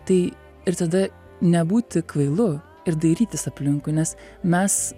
tai ir tada nebūti kvailu ir dairytis aplinkui nes mes